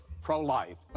pro-life